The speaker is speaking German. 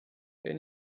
wer